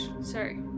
Sorry